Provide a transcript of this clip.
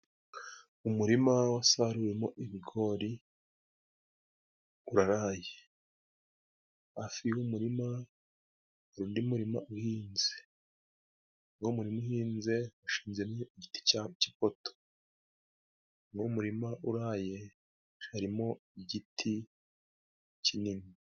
Umurima wasaruwemo ibigori uraraye hafi y'umurima hari undi muririma uhinze muri uwo murima uhinze ushinzemo igiti kipoto, muri uwo murima uraye harimo igiti kinini.